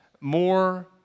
more